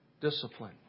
discipline